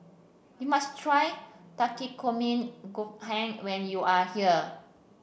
you must try Takikomi Gohan when you are here